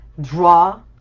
draw